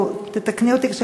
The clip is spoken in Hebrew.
תקני אותי.